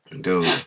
Dude